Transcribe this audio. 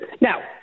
Now